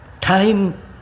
time